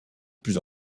plus